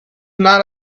not